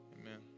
Amen